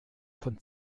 von